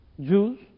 Jews